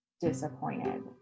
disappointed